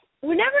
Whenever